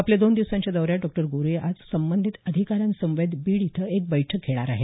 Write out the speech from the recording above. आपल्या दोन दिवसांच्या दौऱ्यात डॉ गोऱ्हे आज संबंधित अधिकाऱ्यांसमवेत बीड इथं एक बैठकही घेणार आहेत